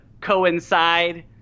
coincide